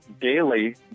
daily